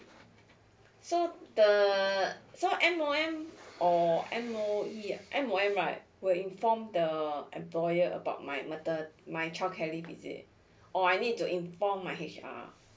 so the err so M O M or M O E eh M O M right will inform the employer about my mater~ my childcare leave is it or I need to inform my H R